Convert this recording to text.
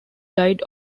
died